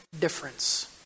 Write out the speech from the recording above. difference